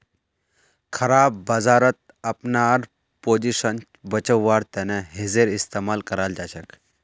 खराब बजारत अपनार पोजीशन बचव्वार तने हेजेर इस्तमाल कराल जाछेक